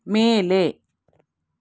ಮೇಲೆ